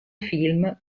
film